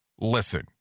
Listen